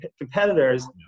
competitors